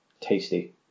tasty